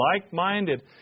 like-minded